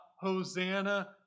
Hosanna